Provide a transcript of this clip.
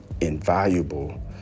invaluable